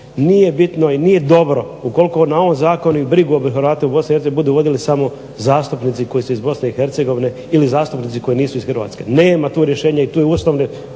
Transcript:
Nije bitno i nije dobro ukoliko na ovom zakonu i brigu o Hrvatima u Bosni i Hercegovini budu vodili samo zastupnici koji su iz Bosne i Hercegovine ili zastupnici koji nisu iz Hrvatske. Nema tu rješenja i tu je